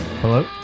Hello